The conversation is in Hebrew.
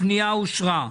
הפנייה אושרה.